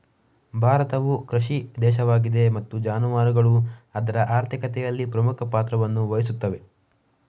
ಭಾರತವು ಕೃಷಿ ದೇಶವಾಗಿದೆ ಮತ್ತು ಜಾನುವಾರುಗಳು ಅದರ ಆರ್ಥಿಕತೆಯಲ್ಲಿ ಪ್ರಮುಖ ಪಾತ್ರವನ್ನು ವಹಿಸುತ್ತವೆ